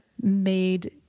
made